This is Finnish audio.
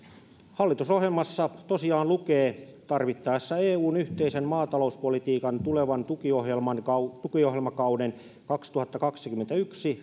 hallitusohjelmassa tosiaan lukee tarvittaessa eun yhteisen maatalouspolitiikan tulevan tukiohjelmakauden tukiohjelmakauden kaksituhattakaksikymmentäyksi